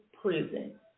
prison